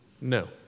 No